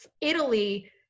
Italy